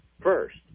first